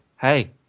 hey